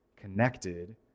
connected